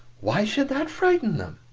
why should that frighten them?